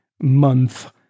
Month